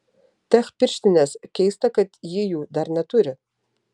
tech pirštinės keista kad ji jų dar neturi